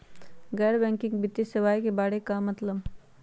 गैर बैंकिंग वित्तीय सेवाए के बारे का मतलब?